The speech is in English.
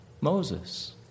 Moses